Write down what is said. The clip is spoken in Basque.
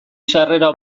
sarrera